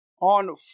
On